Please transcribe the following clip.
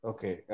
Okay